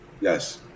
Yes